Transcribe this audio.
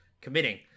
committing